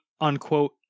unquote